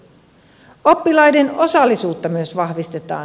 myös oppilaiden osallisuutta vahvistetaan